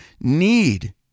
need